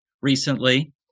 recently